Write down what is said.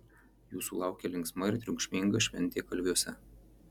jūsų laukia linksma ir triukšminga šventė kalviuose